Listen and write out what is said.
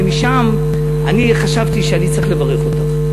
ומשם אני חשבתי שאני צריך לברך אותך.